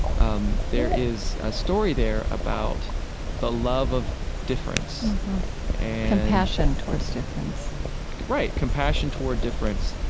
um there is a story there about the love of difference and compassion towards difference right. compassion toward difference,